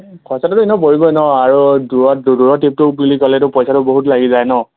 খইচাটো এনে পৰিবয়ে ন আৰু দূৰত দূৰত ট্ৰিপটো বুলি ক'লেতো পইচাটো বহুত লাগি যায় ন